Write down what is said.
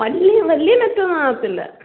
വലിയ വലിയ നെറ്റൊന്നും ആകത്തില്ല